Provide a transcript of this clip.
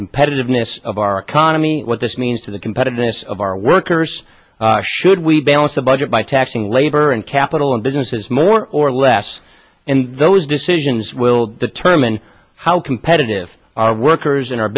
competitiveness of our economy what this means to the competitiveness of our workers should we balance the budget by taxing labor and capital and businesses more or less and those decisions will determine how competitive our workers in our